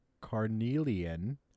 carnelian